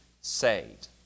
saved